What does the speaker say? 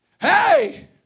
hey